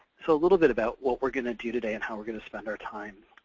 so a little bit about what we're going to do today and how we're going to spend our time.